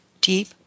deep